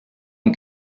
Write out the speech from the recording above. and